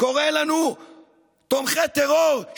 קורא לנו תומכי טרור,